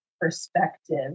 perspective